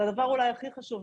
זה אולי הדבר הכי חשוב.